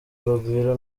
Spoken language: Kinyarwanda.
urugwiro